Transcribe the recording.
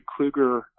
Kluger